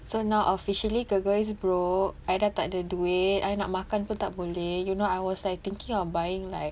so now officially girl girl is broke I dah tak ada duit I nak makan pun tak boleh you know I was like thinking of buying like